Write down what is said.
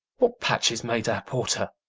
what patch is made our porter?